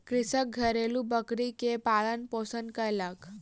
कृषक घरेलु बकरी के पालन पोषण कयलक